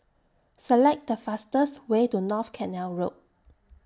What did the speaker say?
Select The fastest Way to North Canal Road